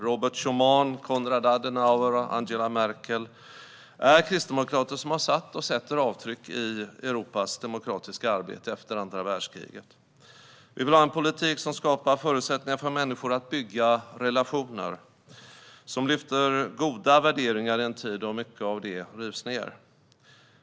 Robert Schuman, Konrad Adenauer och Angela Merkel är kristdemokrater som har satt och sätter avtryck i Europas demokratiska arbete efter andra världskriget. Vi vill ha en politik som skapar förutsättningar för människor att bygga relationer och som lyfter fram goda värderingar i en tid då mycket av det rivs ned.